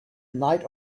night